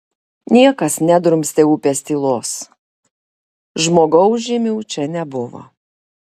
niekas nedrumstė upės tylos žmogaus žymių čia nebuvo